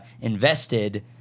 invested